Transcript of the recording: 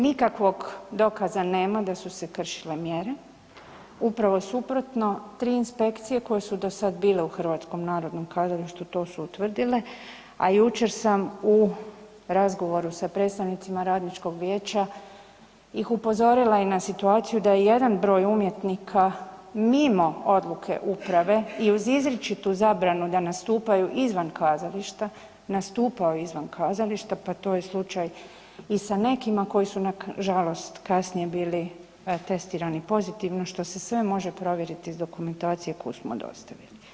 Nikakvog dokaza nema da su se kršile mjere, upravo suprotno, tri inspekcije koje su dosad bile u HNK to su utvrdile, a jučer sam u razgovoru sa predstavnicima radničkog vijeća ih upozorila i na situaciju da je jedan broj umjetnika mimo odluke uprave i uz izričitu zabranu da nastupaju izvan kazališta, nastupao izvan kazališta, pa to je slučaj i sa nekima koji su nažalost kasnije bili testirani pozitivno, što se sve može provjeriti iz dokumentacije koju smo dostavili.